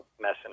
messing